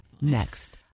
next